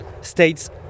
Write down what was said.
states